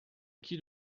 qui